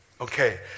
okay